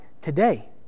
today